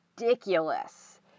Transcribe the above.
ridiculous